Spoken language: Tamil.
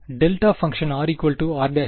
delta function r r'